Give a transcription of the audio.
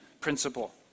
principle